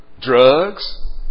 Drugs